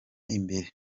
imbere